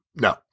No